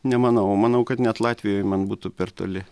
nemanau o manau kad net latvijoj man būtų per toli